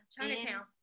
Chinatown